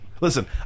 Listen